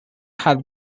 had